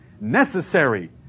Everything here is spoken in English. necessary